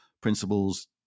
principles